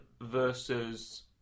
versus